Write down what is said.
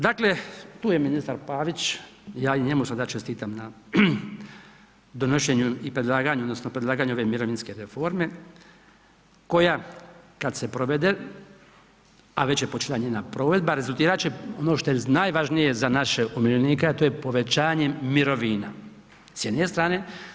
Dakle tu je ministar Pavić, ja i njemu sada čestitam na donošenju i predlaganju, odnosno predlaganju ove mirovinske reforme koja kada se provede a već je počela njena provedba rezultirati će ono šta je najvažnije za naše umirovljenike a to je povećanje mirovina s jedne strane.